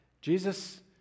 Jesus